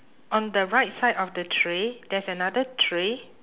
on the right side of the tray there's another tray